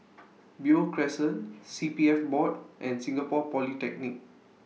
Beo Crescent C P F Board and Singapore Polytechnic